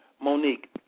Monique